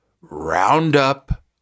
roundup